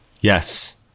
Yes